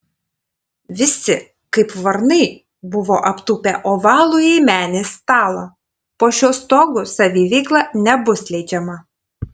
visi kaip varnai buvo aptūpę ovalųjį menės stalą po šiuo stogu saviveikla nebus leidžiama